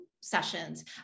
sessions